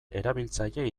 erabiltzaile